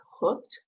hooked